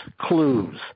clues